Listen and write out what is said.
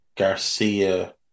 Garcia